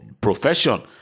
profession